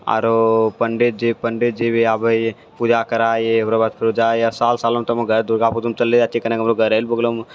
आरो पण्डितजी पण्डितजी भी आबै है पूजा करै ओकरो बाद फेरो जाइ सब सालो हमे दुर्गा पूजामे चले जाइ छियै कने हमरो घरके बगले